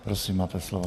Prosím máte slovo.